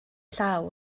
llaw